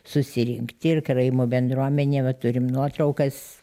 susirinkti ir karaimų bendruomenė va turim nuotraukas